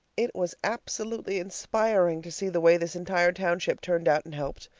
it was absolutely inspiring to see the way this entire township turned out and helped.